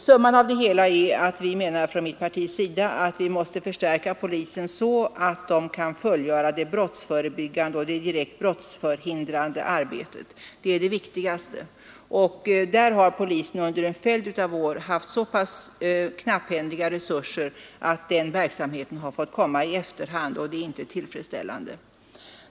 Allt detta tillsammans gör att vi inom vårt parti menar att polisen måste förstärkas, så att den kan fullgöra det direkt brottsförebyggande och brottsförhindrande arbetet. Det är det viktigaste. Polisen har under en följd av år haft så knapphändiga resurser för denna verksamhet att den har fått komma i efterhand, och det är inte tillfredsställande.